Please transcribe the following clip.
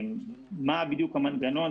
מה בדיוק המנגנון,